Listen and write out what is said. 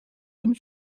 and